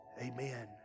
Amen